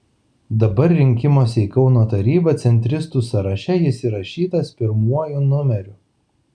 dabar rinkimuose į kauno tarybą centristų sąraše jis įrašytas pirmuoju numeriu